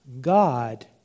God